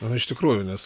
o iš tikrųjų nes